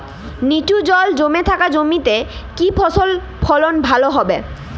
নিচু জল জমে থাকা জমিতে কি ফসল ফলন ভালো হবে?